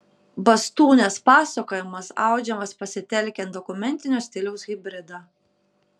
bastūnės pasakojimas audžiamas pasitelkiant dokumentinio stiliaus hibridą